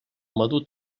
madur